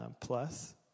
plus